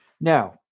Now